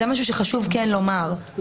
זה משהו שחשוב לומר.